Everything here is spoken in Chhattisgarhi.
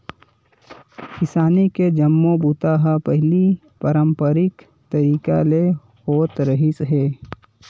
किसानी के जम्मो बूता ह पहिली पारंपरिक तरीका ले होत रिहिस हे